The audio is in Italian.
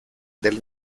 del